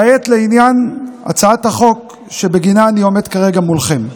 כעת לעניין הצעת החוק שבגינה אני עומד כרגע מולכם.